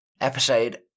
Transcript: episode